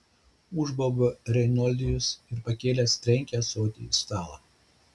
užbaubė reinoldijus ir pakėlęs trenkė ąsotį į stalą